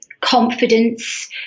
confidence